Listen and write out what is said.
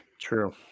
True